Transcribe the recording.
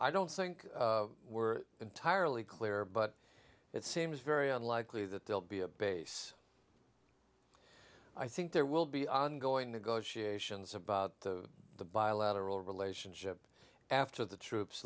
i don't think we're entirely clear but it seems very unlikely that they'll be a base i think there will be ongoing negotiations about the bilateral relationship after the troops